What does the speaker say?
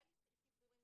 היה לי סיפור עם